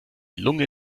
lunge